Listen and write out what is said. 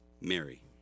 Mary